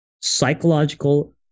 psychological